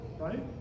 right